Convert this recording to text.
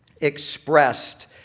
expressed